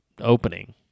opening